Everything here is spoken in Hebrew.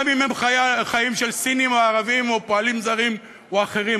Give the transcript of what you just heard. גם אם הם חיים של סינים או ערבים או פועלים זרים או אחרים.